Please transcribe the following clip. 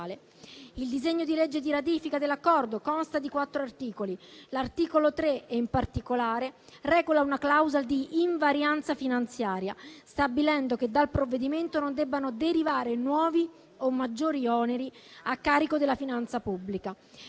Il disegno di legge di ratifica dell'Accordo consta di quattro articoli. L'articolo 3, in particolare, reca una clausola di invarianza finanziaria, stabilendo che dal provvedimento non debbano derivare nuovi o maggiori oneri a carico della finanza pubblica,